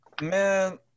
Man –